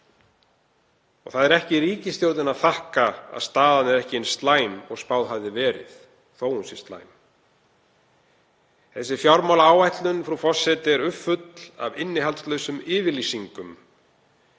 Það er ekki ríkisstjórninni að þakka að staðan ekki eins slæm og spáð hafði verið þótt hún sé slæm. Þessi fjármálaáætlun, frú forseti, er uppfull af innihaldslausum yfirlýsingum.